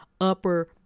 upper